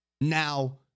Now